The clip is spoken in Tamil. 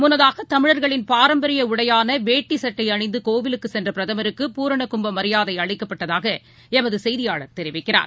முன்னதாக தமிழர்களின் பாரம்பரியஉடையானவேட்டிசுட்டைஅணிந்தகோவிலுக்குசென்றபிரதமருக்கு பூர்ணகும்பமரியாதைஅளிக்கப்பட்டதாகஎமதசெய்தியாளர் தெரிவிக்கிறார்